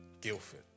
Guildford